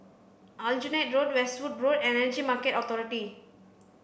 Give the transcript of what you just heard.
Aljunied Road Westwood Road and Energy Market Authority